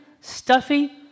stuffy